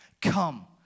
come